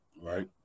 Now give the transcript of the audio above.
right